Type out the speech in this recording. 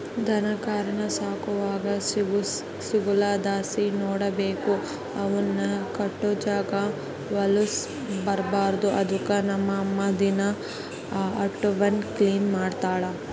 ದನಕರಾನ ಸಾಕುವಾಗ ನಿಗುದಲಾಸಿ ನೋಡಿಕಬೇಕು, ಅವುನ್ ಕಟ್ಟೋ ಜಾಗ ವಲುಸ್ ಇರ್ಬಾರ್ದು ಅದುಕ್ಕ ನಮ್ ಅಮ್ಮ ದಿನಾ ಅಟೇವ್ನ ಕ್ಲೀನ್ ಮಾಡ್ತಳ